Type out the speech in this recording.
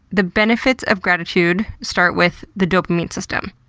the benefits of gratitude start with the dopamine system.